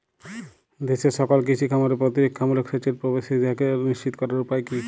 দেশের সকল কৃষি খামারে প্রতিরক্ষামূলক সেচের প্রবেশাধিকার নিশ্চিত করার উপায় কি?